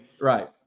right